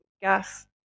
gas